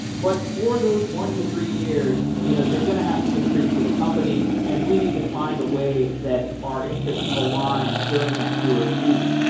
but for those one to three years, you know you're going to have to contribute to the company and we need to find a way that our interests align during that tour of duty.